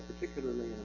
particularly